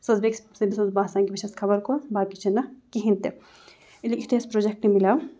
سۄ ٲس بیٚیِکِس سٕنٛدِس تٔمِس اوس باسان کہِ بہٕ چھَس خبر کۄس باقٕے چھِنہٕ کِہیٖنۍ تہِ ییٚلہِ یُتھُے اَسہِ پرٛوجَکٹ مِلیو